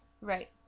Right